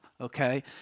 okay